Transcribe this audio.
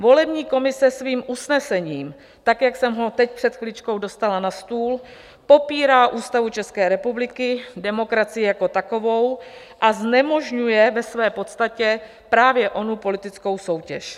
Volební komise svým usnesením tak, jak jsem ho teď před chviličkou dostala na stůl, popírá Ústavu České republiky, demokracii jako takovou a znemožňuje ve své podstatě právě onu politickou soutěž.